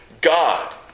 God